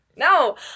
No